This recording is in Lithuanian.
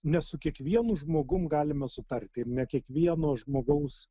ne su kiekvienu žmogum galime sutarti ir ne kiekvieno žmogaus